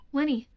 Lenny